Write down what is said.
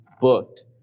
booked